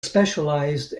specialized